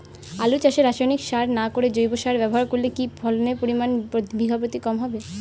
আলু চাষে রাসায়নিক সার না করে জৈব সার ব্যবহার করলে কি ফলনের পরিমান বিঘা প্রতি কম হবে?